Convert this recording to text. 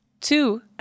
Two